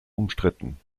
umstritten